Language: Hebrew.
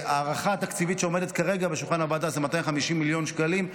ההערכה התקציבית שעומדת כרגע בשולחן הוועדה זה 250 מיליון שקלים.